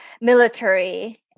military